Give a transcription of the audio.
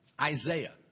Isaiah